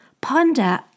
Ponder